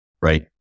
Right